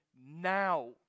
now